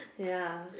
ya